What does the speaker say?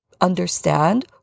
understand